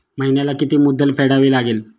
महिन्याला किती मुद्दल फेडावी लागेल?